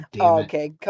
Okay